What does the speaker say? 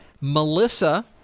Melissa